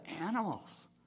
animals